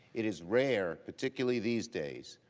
it is rare, particularly these days,